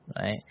right